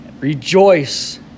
rejoice